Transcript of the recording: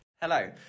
Hello